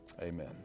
Amen